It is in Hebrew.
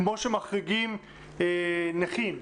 כמו שמחריגים נכים,